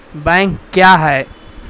Bank क्या हैं?